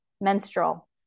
menstrual